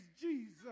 Jesus